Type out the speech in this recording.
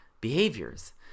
behaviors